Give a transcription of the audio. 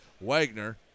Wagner